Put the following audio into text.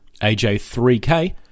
AJ3K